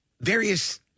various